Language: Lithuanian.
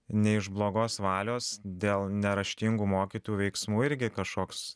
ne iš blogos valios dėl neraštingų mokytojų veiksmų irgi kažkoks